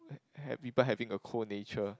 have people having a cold nature